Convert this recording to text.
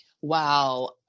Wow